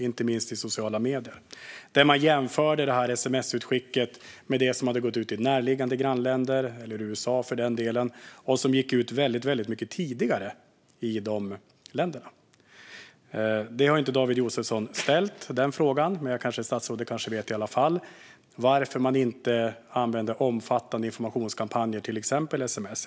Inte minst i sociala medier jämförde man det här sms-utskicket med dem som hade gått ut i närliggande grannländer och i USA och som gick ut väldigt mycket tidigare i de länderna. Den frågan har inte David Josefsson ställt, men statsrådet kanske ändå vet varför man inte använde omfattande informationskampanjer via till exempel sms tidigare.